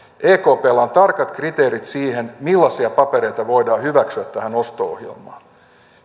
ekpllä on tarkat kriteerit siihen millaisia papereita voidaan hyväksyä tähän osto ohjelmaan